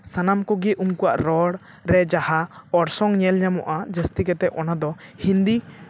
ᱥᱟᱱᱟᱢ ᱠᱚᱜᱮ ᱩᱱᱠᱩᱣᱟᱜ ᱨᱚᱲ ᱨᱮ ᱡᱟᱦᱟᱸ ᱚᱨᱥᱚᱝ ᱧᱮᱞ ᱧᱟᱢᱚᱜᱼᱟ ᱡᱟᱹᱥᱛᱤ ᱠᱟᱛᱮᱫ ᱚᱱᱟ ᱫᱚ ᱦᱤᱱᱫᱤ